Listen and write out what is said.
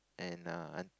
and err lunch